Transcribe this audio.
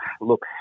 Look